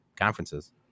conferences